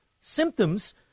symptoms